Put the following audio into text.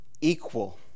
equal